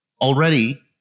already